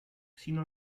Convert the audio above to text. sino